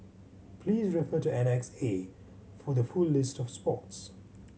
please refer to Annex A for the full list of sports